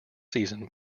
season